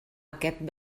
aquest